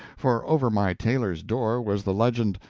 for over my tailor's door was the legend,